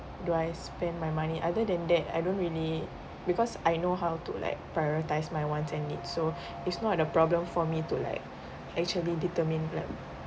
do I spend my money other than that I don't really because I know how to like prioritise my wants and needs so it's not a problem for me to like actually determine them